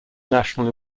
national